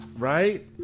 Right